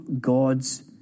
gods